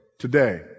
today